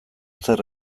zer